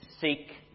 seek